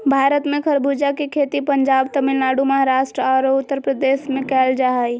भारत में खरबूजा के खेती पंजाब, तमिलनाडु, महाराष्ट्र आरो उत्तरप्रदेश में कैल जा हई